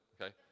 okay